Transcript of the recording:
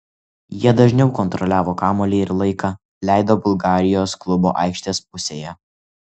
jie dažniau kontroliavo kamuolį ir laiką leido bulgarijos klubo aikštės pusėje